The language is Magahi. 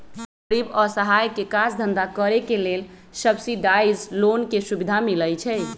गरीब असहाय के काज धन्धा करेके लेल सब्सिडाइज लोन के सुभिधा मिलइ छइ